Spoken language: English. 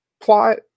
plot